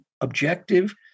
objective